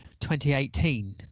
2018